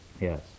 Yes